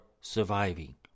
surviving